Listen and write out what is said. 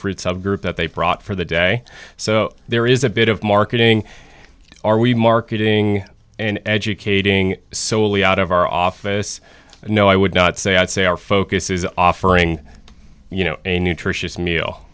fruit subgroup that they brought for the day so there is a bit of marketing are we marketing and educating solely out of our office and no i would not say i'd say our focus is offering you know a nutritious meal